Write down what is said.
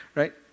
right